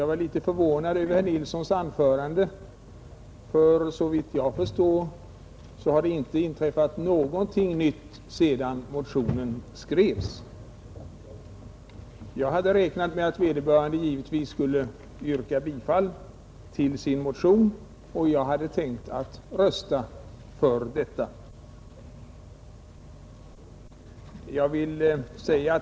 Jag är litet förvånad över herr Nilssons i Kalmar anförande, för vad jag förstår har det inte inträffat någonting nytt sedan motionen skrevs. Givetvis hade jag räknat med att vederbörande skulle yrka bifall till sin motion, och jag hade tänkt att rösta för den.